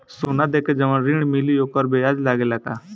सोना देके जवन ऋण मिली वोकर ब्याज लगेला का?